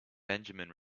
benjamin